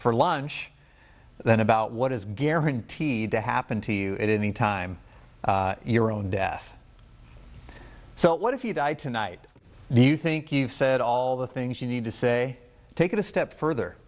for lunch than about what is guaranteed to happen to you at any time your own death so what if you die tonight do you think you've said all the things you need to say take it a step further